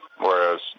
whereas